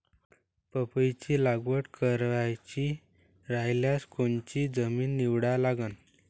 पपईची लागवड करायची रायल्यास कोनची जमीन निवडा लागन?